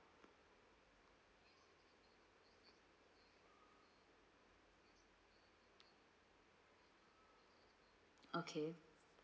okay